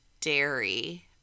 dairy